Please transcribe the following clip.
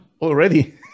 already